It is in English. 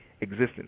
existence